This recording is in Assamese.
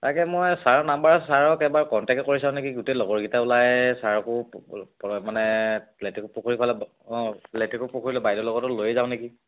তাকে মই ছাৰৰ নাম্বাৰ ছাৰক এবাৰ কণ্টেক্টে কৰি চাওঁ নেকি গোটেই লগৰকেইটা ওলাই ছাৰকো মানে লেটেকুপুখুৰী ফালে অঁ লেটেকুপুখুৰীলৈ বাইদেউ লগতো লৈ যাওঁ নেকি